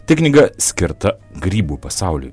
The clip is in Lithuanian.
tai knyga skirta grybų pasauliui